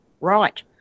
right